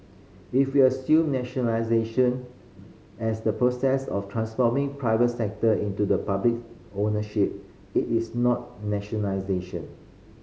if we assume nationalisation as the process of transforming private sector into the public ownership it is not nationalisation